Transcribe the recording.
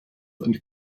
and